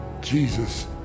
Jesus